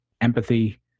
empathy